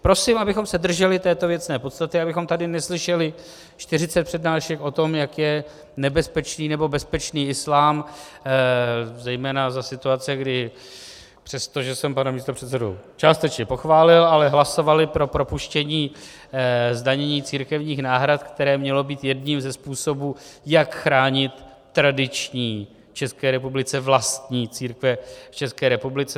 Prosím, abychom se drželi této věcné podstaty, abychom tady neslyšeli čtyřicet přednášek o tom, jak je nebezpečný nebo bezpečný islám, zejména za situace, kdy přestože jsem pana místopředsedu částečně pochválil, ale hlasovali pro propuštění zdanění církevních náhrad, které mělo být jedním ze způsobů, jak chránit tradiční, vlastní církve v České republice.